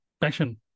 Passion